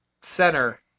center